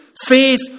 Faith